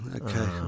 Okay